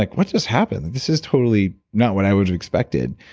like what just happened? this is totally not what i would have expected.